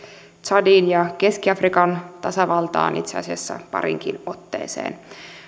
tsadiin ja keski afrikan tasavaltaan itse asiassa pariinkin otteeseen